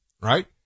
right